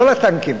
לא לטנקים,